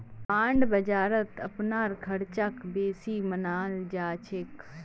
bond बाजारत अपनार ख़र्चक बेसी मनाल जा छेक